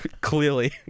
clearly